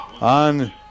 on